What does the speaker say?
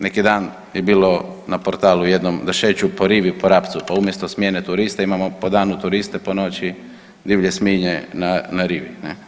Neki dan je bilo na portalu jednom da šeću po rivi po Rabcu, pa umjesto smjene turista imamo po danu turiste, po noći divlje svinje na, na rivi ne.